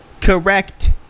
correct